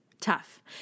tough